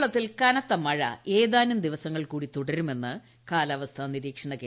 കേരളത്തിൽ കനത്ത മഴ ഏതാനും ദിവസങ്ങൾ കൂടി തുടരുമെന്ന് കാലാവസ്ഥാ നിരീക്ഷണ കേന്ദ്രം